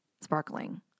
sparkling